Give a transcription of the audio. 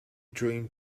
dream